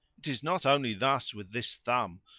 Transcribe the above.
it is not only thus with this thumb,